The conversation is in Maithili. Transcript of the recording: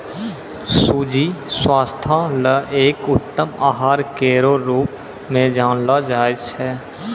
सूजी स्वास्थ्य ल एक उत्तम आहार केरो रूप म जानलो जाय छै